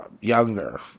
younger